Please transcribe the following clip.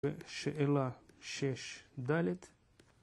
שאלה 6 דל"ת